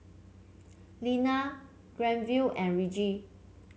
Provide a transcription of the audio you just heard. Linna Granville and Reggie